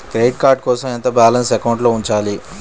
Credit card కోసం ఎంత balance అకౌంట్లో ఉంచాలి?